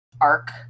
arc